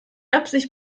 absicht